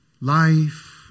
life